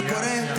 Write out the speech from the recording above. שנייה, שנייה.